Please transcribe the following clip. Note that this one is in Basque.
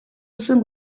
duzuen